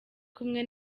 kumwe